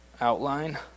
outline